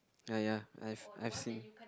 ah ya I've I've seen